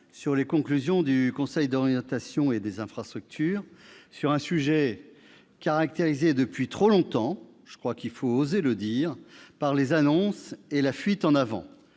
des conclusions du Conseil d'orientation des infrastructures, le COI, sur un sujet caractérisé depuis trop longtemps, il faut oser le dire, par les annonces et la fuite en avant,